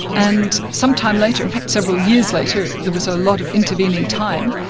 and sometime later, in fact, several years later, there was a lot of intervening time,